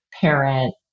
parent